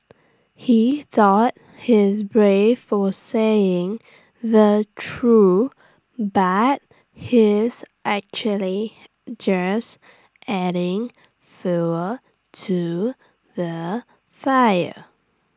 he thought he's brave for saying the true but he's actually just adding fuel to the fire